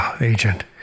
Agent